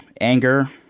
anger